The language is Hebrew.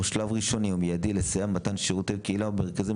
שלב ראשוני ומידי לסייע במתן שירותי קהילה ומרכזים